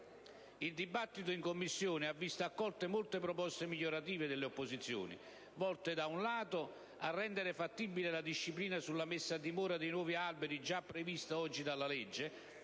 Il dibattito in Commissione ha visto accolte molte proposte migliorative delle opposizioni, volte da un lato a rendere fattibile la disciplina sulla messa a dimora dei nuovi alberi già prevista oggi dalla legge